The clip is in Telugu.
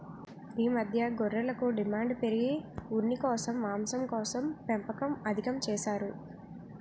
ఈ మధ్య గొర్రెలకు డిమాండు పెరిగి ఉన్నికోసం, మాంసంకోసం పెంపకం అధికం చేసారు